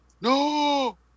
No